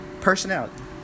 Personality